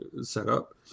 setup